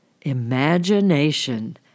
Imagination